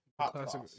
Classic